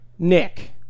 Nick